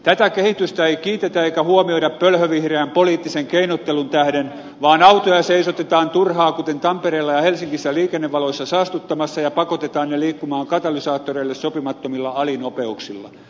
tätä kehitystä ei kiitetä eikä huomioida pölhövihreän poliittisen keinottelun tähden vaan autoja seisotetaan turhaan kuten tampereella ja helsingissä liikennevaloissa saastuttamassa ja pakotetaan liikkumaan katalysaattoreille sopimattomilla alinopeuksilla